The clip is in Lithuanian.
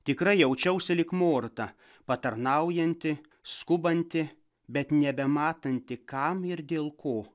tikrai jaučiausi lyg morta patarnaujanti skubanti bet nebematanti kam ir dėl ko